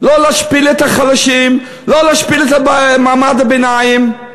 לא להשפיל את החלשים, לא להשפיל את מעמד הביניים.